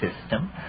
system